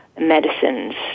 medicines